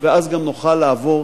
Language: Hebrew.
ואז גם נוכל לעבור